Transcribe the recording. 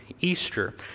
Easter